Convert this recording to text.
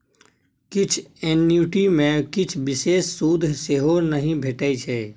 किछ एन्युटी मे किछ बिषेश सुद सेहो नहि भेटै छै